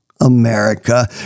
America